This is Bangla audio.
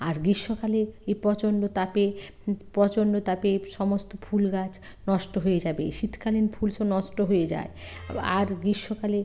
আর গ্রীষ্মকালে এই প্রচণ্ড তাপে প্রচণ্ড তাপে সমস্ত ফুল গাছ নষ্ট হয়ে যাবে শীতকালীন ফুল সব নষ্ট হয়ে যায় আর গ্রীষ্মকালে